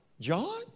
John